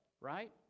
right